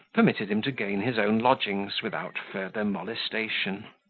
permitted him to gain his own lodgings without further molestation.